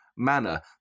manner